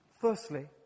Firstly